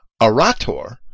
arator